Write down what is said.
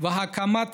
והקמת